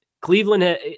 Cleveland